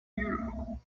beautiful